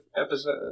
episode